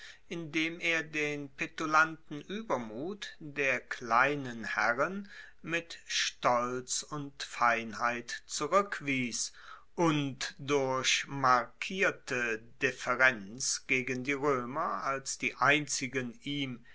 indem er den petulanten uebermut der kleinen herren mit stolz und feinheit zurueckwies und durch markierte deferenz gegen die roemer als die einzigen ihm